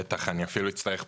בטח, אני אפילו אצטרך פחות.